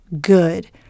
good